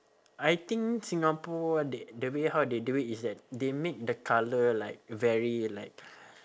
I think singapore they the way how they do it is that they make the colour like very like